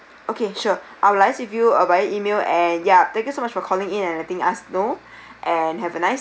okay sure I'll liase with you uh via E-mail and ya thank you so much for calling in and letting us know and have a nice